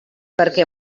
perquè